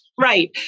Right